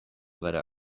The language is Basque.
gara